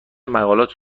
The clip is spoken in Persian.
مقالات